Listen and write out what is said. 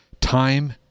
Time